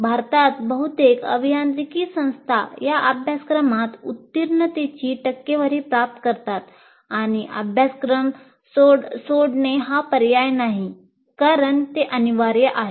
भारतात बहुतेक अभियांत्रिकी संस्था या अभ्यासक्रमात उत्तीर्णतेची टक्केवारी प्राप्त करतात आणि अभ्यासक्रम सोडणे हा पर्याय नाही कारण ते अनिवार्य आहे